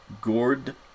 Gourd